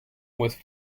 with